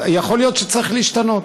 יכול להיות שצריך להשתנות.